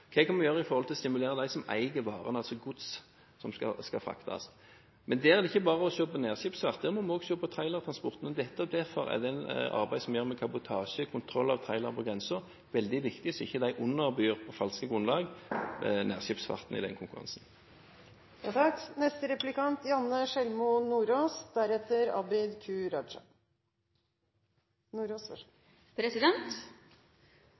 Hva kan vi gjøre med avgiftsstrukturen slik at kostnaden per anløp går ned? Det vil øke konkurranseevnen i forhold til trailere. Hva kan vi gjøre for å stimulere de som eier varene, altså gods som skal fraktes? Der kan vi ikke bare se på nærskipsfart, der må vi også se på trailertransporten. Nettopp derfor er det arbeidet som gjøres på kabotasje og kontroll av trailere på grensen, veldig viktig, så de ikke på falsk grunnlag underbyr nærskipsfarten i den konkurransen.